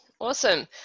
Awesome